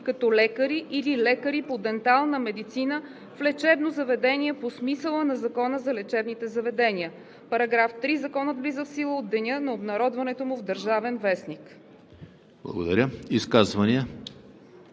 като лекари или лекари по дентална медицина в лечебно заведение по смисъла на Закона за лечебните заведения“. § 3. Законът влиза в сила от деня на обнародването му в „Държавен вестник“.“